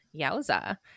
Yowza